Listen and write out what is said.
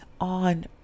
on